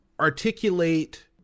articulate